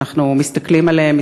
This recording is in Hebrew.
ואנחנו מסתכלים עליהם,